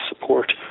support